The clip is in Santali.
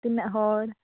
ᱛᱤᱱᱟᱹᱜ ᱦᱚᱲ